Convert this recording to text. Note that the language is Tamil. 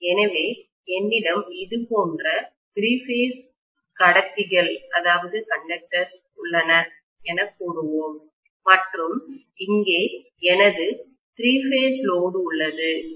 எனவே என்னிடம் இது போன்ற திரி பேஸ் கண்டக்டர்ஸ்கடத்திகள் உள்ளன என கூறுவோம் மற்றும் இங்கே எனது திரி பேஸ் லோடு உள்ளது